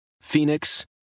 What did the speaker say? Phoenix